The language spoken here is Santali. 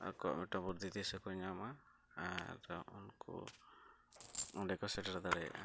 ᱟᱠᱚᱦᱚᱸ ᱢᱤᱫᱴᱟᱝ ᱵᱩᱫᱽᱫᱷᱤᱼᱫᱤᱥᱟᱹ ᱠᱚ ᱧᱟᱢᱟ ᱟᱨ ᱩᱱᱠᱩ ᱚᱸᱰᱮ ᱠᱚ ᱥᱮᱴᱮᱨ ᱫᱟᱲᱮᱭᱟᱜᱼᱟ